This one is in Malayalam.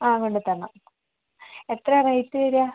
അ കൊണ്ടുവന്ന് തരണം എത്ര റേറ്റ് വരിക